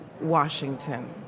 Washington